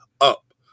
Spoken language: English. up